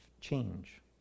change